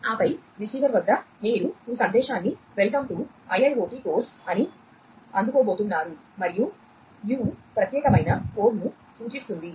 ఆపై రిసీవర్ వద్ద మీరు ఈ సందేశాన్ని 'welcome to IIoT course' అని అందుకోబోతున్నారు మరియు u ప్రత్యేకమైన కోడ్ను సూచిస్తుంది